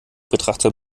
betrachtet